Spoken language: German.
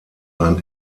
sein